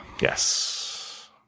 Yes